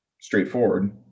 straightforward